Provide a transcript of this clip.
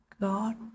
God